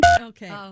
Okay